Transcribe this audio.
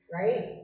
right